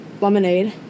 Lemonade